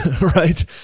right